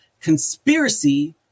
conspiracy